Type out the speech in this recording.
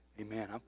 Amen